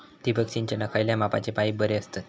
ठिबक सिंचनाक खयल्या मापाचे पाईप बरे असतत?